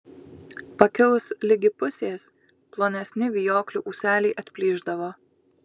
pakilus ligi pusės plonesni vijoklių ūseliai atplyšdavo